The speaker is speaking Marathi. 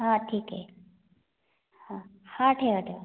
हां ठीक आहे हां हां ठेवा ठेवा